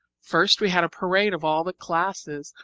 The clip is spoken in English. first we had a parade of all the classes,